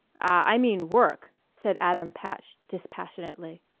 i mean work, said adam patch dispassionately.